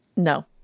No